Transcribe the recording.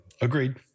Agreed